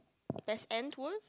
best and worst